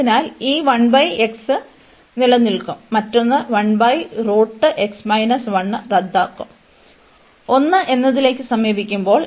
അതിനാൽ ഈ നിലനിൽക്കും മറ്റൊന്ന് റദ്ദാക്കും 1 എന്നതിലേക്കു സമീപിക്കുമ്പോൾ